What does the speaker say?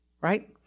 Right